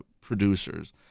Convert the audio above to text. producers